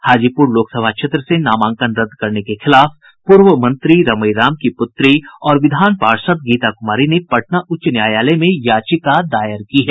हाजीपुर लोकसभा क्षेत्र से नामांकन रद्द करने के खिलाफ पूर्व मंत्री रमई राम की पुत्री और विधान पार्षद गीता कुमारी ने पटना उच्च न्यायालय में याचिका दायर की है